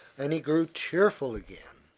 and he grew cheerful again.